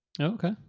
okay